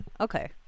okay